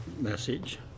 message